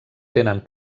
tenen